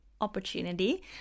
opportunity